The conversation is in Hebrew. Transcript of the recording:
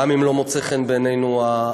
גם אם לא מוצאת חן בעינינו המדיניות,